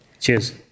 Cheers